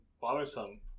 bothersome